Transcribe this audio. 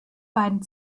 beiden